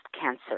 cancer